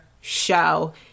show